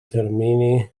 termini